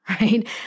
right